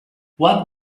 what